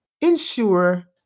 ensure